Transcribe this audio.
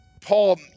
Paul